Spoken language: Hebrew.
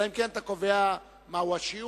אלא אם כן אתה קובע מהו השיעור,